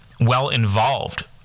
well-involved